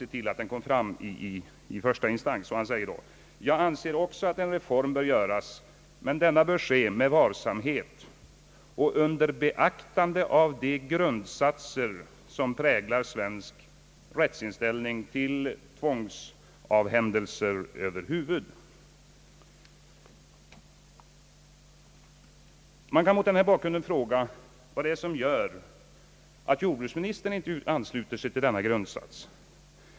Statsrådet Kling framhöll följande: »Jag anser också att en reform bör göras men denna bör ske med varsamhet och under beaktande av de grundsatser som präglar svensk rätts inställning till tvångsavhändelser över huvud.» Man kan mot denna bakgrund fråga, vad det är som gör att jordbruksministern inte ansluter sig till denna grundsats.